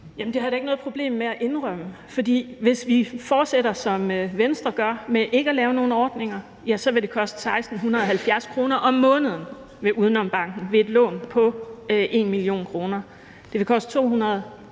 (SF): Det har jeg da ikke noget problem med at indrømme, for hvis vi fortsætter, som Venstre ønsker, med ikke at lave nogen ordninger, vil det koste 1.670 kr. om måneden gennem UdenomBanken ved et lån på 1 mio. kr., og det vil koste 200